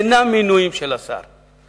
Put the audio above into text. ואינם מינויים של השר,